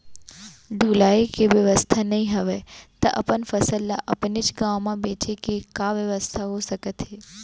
ढुलाई के बेवस्था नई हवय ता अपन फसल ला अपनेच गांव मा बेचे के का बेवस्था हो सकत हे?